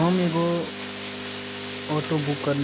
हम एगो चश्मा औडर कयलहुॅं